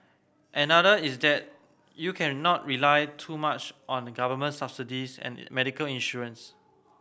another is that you cannot rely too much on government subsidies and medical insurance